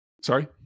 sorry